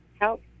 help